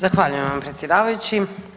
Zahvaljujem vam predsjedavajući.